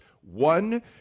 one